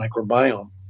microbiome